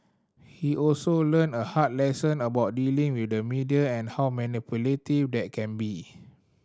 he also learned a hard lesson about dealing with the media and how manipulative they can be